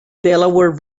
delaware